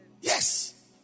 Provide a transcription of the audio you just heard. Yes